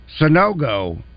Sonogo